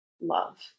love